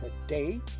today